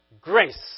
grace